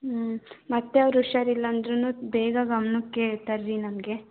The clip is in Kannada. ಹ್ಞೂ ಮತ್ತು ಅವರ ಹುಷಾರಿಲ್ಲ ಅಂದರೂನು ಬೇಗ ಗಮನಕ್ಕೆ ತನ್ರಿ ನಮಗೆ